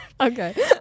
Okay